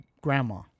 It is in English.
grandma